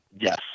Yes